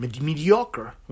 mediocre